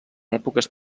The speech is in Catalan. èpoques